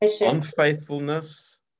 unfaithfulness